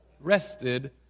Rested